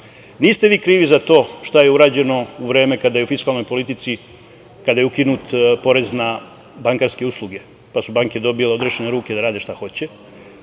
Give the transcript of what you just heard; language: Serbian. Niste vi krivi za to šta je urađeno u vreme kada je u fiskalnoj politici, kada je ukinut porez na bankarske usluge, pa su banke dobile odrešene ruke da rade šta hoće.